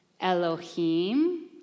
Elohim